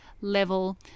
level